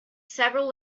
several